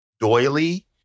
doily